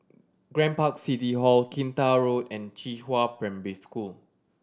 Grand Park City Hall Kinta Road and Qihua Primary School